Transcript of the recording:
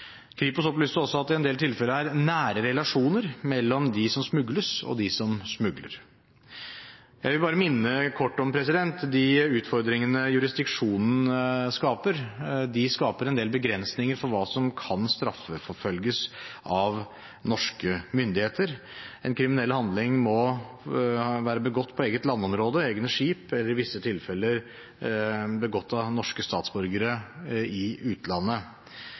Kripos opplyste også at det i en del tilfeller er nære relasjoner mellom dem som smugles, og dem som smugler. Jeg vil bare minne kort om de utfordringene jurisdiksjonen skaper. De skaper en del begrensninger for hva som kan straffeforfølges av norske myndigheter. En kriminell handling må være begått på eget landområde, egne skip eller i visse tilfeller begått av norske statsborgere i utlandet.